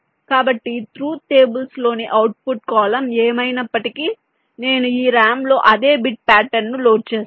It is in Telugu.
కాబట్టి ట్రూత్ టేబుల్స్ లోని అవుట్పుట్ కాలమ్ ఏమైనప్పటికీ నేను ఈ RAM లో అదే బిట్ పాటర్న్ను లోడ్ చేస్తాను